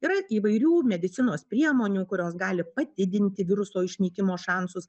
yra įvairių medicinos priemonių kurios gali padidinti viruso išnykimo šansus